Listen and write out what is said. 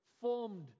formed